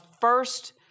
first